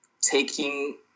taking